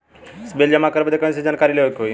Bill जमा करे बदी कैसे जानकारी लेवे के होई?